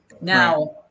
Now